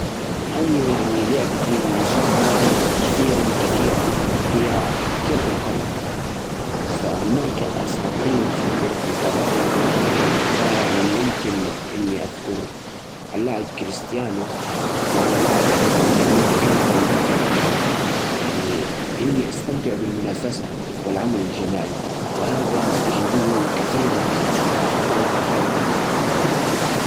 لعبتي المفضلة هي كرة القدم. أستمتع فيها لأنها تعطي شعور بالحماس والنشاط. وكمان إقدر ألعب مع أصدقائي ونستمتع بالمنافسة. كرة القدم تحسن اللياقة البدنية وتعزز روح الفريق والتعاون. لحظات تسجيل الأهداف تكون مليانة فرح. هذا يخلي اللعبة أكثر متعة.